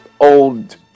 old